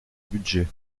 budget